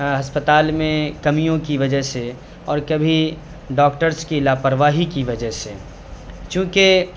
ہسپتال میں کمیوں کی وجہ سے اور کبھی ڈاکٹرس کی لاپرواہی کی وجہ سے چونکہ